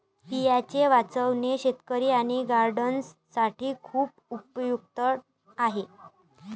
बियांचे वाचवणे शेतकरी आणि गार्डनर्स साठी खूप उपयुक्त आहे